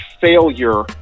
failure